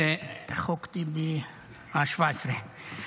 חוק טיבי ה-17.